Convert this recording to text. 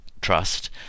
trust